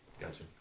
Gotcha